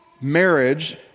marriage